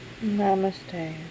Namaste